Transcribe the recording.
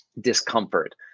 discomfort